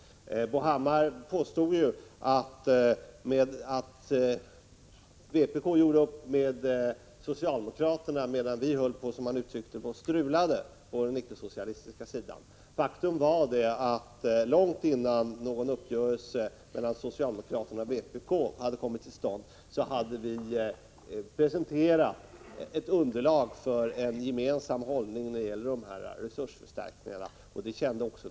Bo Hammar påstod ju att vpk gjorde upp med socialdemokraterna medan vi på den icke-socialistiska sidan, som han sade, höll på och strulade. Faktum är att vi långt innan någon uppgörelse mellan socialdemokraterna och vpk hade kommit till stånd hade presenterat ett underlag för en gemensam hållning när det gäller resursförstärkningarna på detta område.